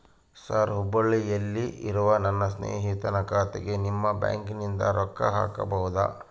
Sir ಹುಬ್ಬಳ್ಳಿಯಲ್ಲಿ ಇರುವ ನನ್ನ ಸ್ನೇಹಿತನ ಖಾತೆಗೆ ನಿಮ್ಮ ಬ್ಯಾಂಕಿನಿಂದ ರೊಕ್ಕ ಹಾಕಬಹುದಾ?